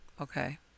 Okay